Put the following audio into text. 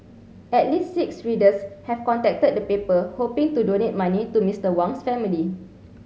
at least six readers have contacted the paper hoping to donate money to Mister Wang's family